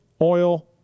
oil